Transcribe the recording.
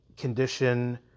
condition